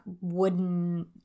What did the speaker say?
wooden